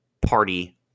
party